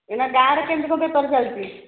ଏଇନେ ଗାଁରେ କେମିତି କ'ଣ ବେପାର ଚାଲିଛି